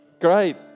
Great